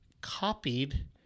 copied